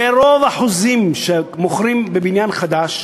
ברוב החוזים שמוכרים בבניין חדש,